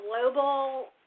Global